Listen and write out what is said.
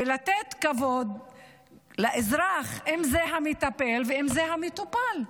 וצריך לתת כבוד לאזרח, אם זה המטפל ואם זה המטופל.